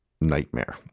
nightmare